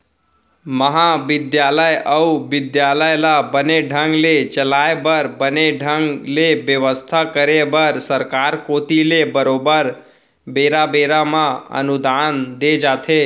महाबिद्यालय अउ बिद्यालय ल बने ढंग ले चलाय बर बने ढंग ले बेवस्था करे बर सरकार कोती ले बरोबर बेरा बेरा म अनुदान दे जाथे